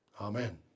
Amen